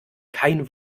kein